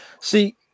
see